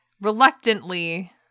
reluctantly